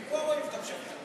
מפה רואים שאתה משקר.